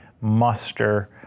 muster